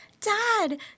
Dad